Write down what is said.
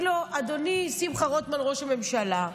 לו: אדוני שמחה רוטמן ראש הממשלה,